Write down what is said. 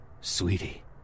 sweetie